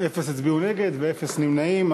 אפס הצביעו נגד ואפס נמנעים.